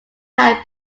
had